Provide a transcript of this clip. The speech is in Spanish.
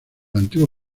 antiguo